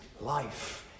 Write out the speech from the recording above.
life